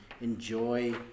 enjoy